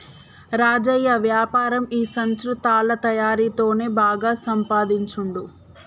రాజయ్య వ్యాపారం ఈ సంచులు తాళ్ల తయారీ తోనే బాగా సంపాదించుండు